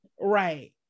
right